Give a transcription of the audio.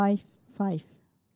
five five